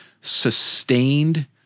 sustained